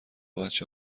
بچه